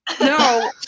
No